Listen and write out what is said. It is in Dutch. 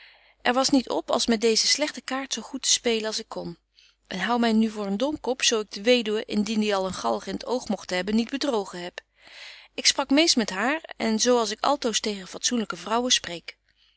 er was niet op als met deeze slegte kaart zo goed te spelen als ik kon en hou my voor een domkop zo ik de weduwe indien die al een galg in t oog mogt hebben niet bedrogen heb ik sprak meest met haar en zo als ik altoos tegen fatsoenlyke vrouwen spreek